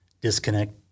disconnect